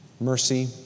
mercy